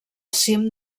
cim